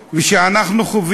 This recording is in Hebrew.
יש קצרים ויש ארוכים.